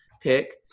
pick